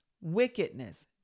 wickedness